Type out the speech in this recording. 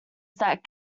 that